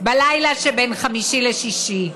בלילה שבין חמישי לשישי,